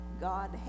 God